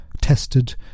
tested